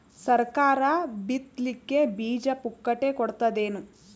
ಸರಕಾರ ಬಿತ್ ಲಿಕ್ಕೆ ಬೀಜ ಪುಕ್ಕಟೆ ಕೊಡತದೇನು?